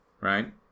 right